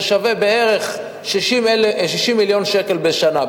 זה שווה בערך 60 מיליון שקל בשנה,